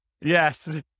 Yes